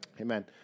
Amen